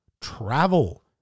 Travel